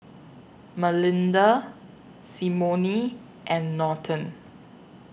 Malinda Symone and Norton